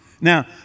Now